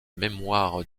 mémoire